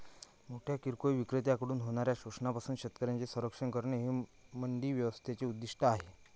मोठ्या किरकोळ विक्रेत्यांकडून होणाऱ्या शोषणापासून शेतकऱ्यांचे संरक्षण करणे हे मंडी व्यवस्थेचे उद्दिष्ट आहे